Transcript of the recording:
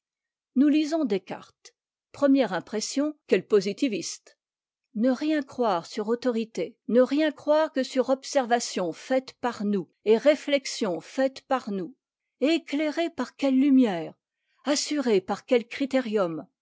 nous lisons descartes première impression quel positiviste ne rien croire sur autorité ne rien croire que sur observation faite par nous et réflexion faite par nous et éclairés par quelle lumière assurés par quel critérium